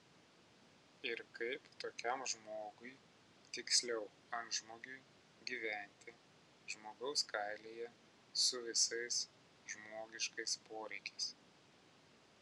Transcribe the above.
ir kaip tokiam žmogui tiksliau antžmogiui gyventi žmogaus kailyje su visais žmogiškais poreikiais